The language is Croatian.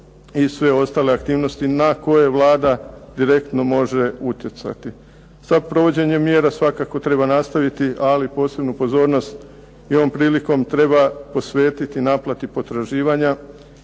i sve ostale aktivnosti na koje Vlada direktno može utjecati. Sa provođenjem mjera svakako treba nastaviti, ali posebnu pozornost i ovom prilikom treba posvetiti naplati potraživanja